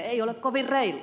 ei ole kovin reilua